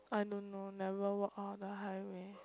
I don't know never walk out the highway